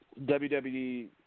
WWE